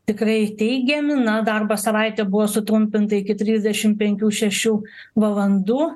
tikrai teigiami na darbo savaitė buvo sutrumpinta iki trisdešim penkių šešių valandų